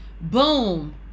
boom